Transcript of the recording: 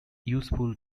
useful